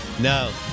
No